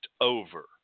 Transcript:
over